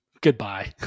Goodbye